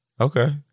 Okay